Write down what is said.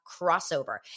crossover